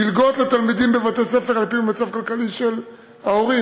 מלגות לתלמידים בבתי-ספר על-פי מצב כלכלי של ההורים,